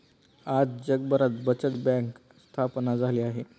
आज जगभरात बचत बँक स्थापन झाली आहे